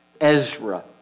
Ezra